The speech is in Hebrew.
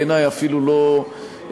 בעיני אפילו לא,